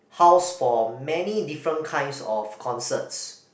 house for many different kinds of concerts